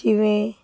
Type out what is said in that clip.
ਜਿਵੇਂ